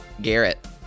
Garrett